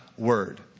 word